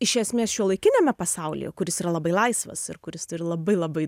iš esmės šiuolaikiniame pasaulyje kuris yra labai laisvas ir kuris turi labai labai